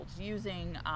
using